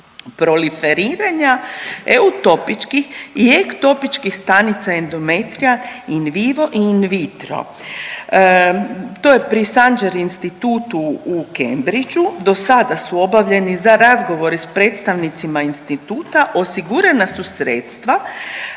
proliferiranja eutopičkih i ektopičkih stanica endometrija in vivo i in vitro. To je pri Sanger institutu u Cambridgu. Do sada su obavljeni za razgovore sa predstavnicima instituta osigurana su sredstva